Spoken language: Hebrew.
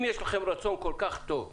אם יש לכם רצון כל כך טוב להסדרה,